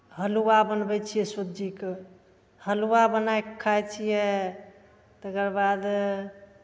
हलुआ बनबै छियै सूजीके हलुआ बनाए कऽ खाइ छियै तकरबाद